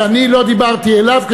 שאני לא דיברתי אליו,